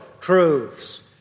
truths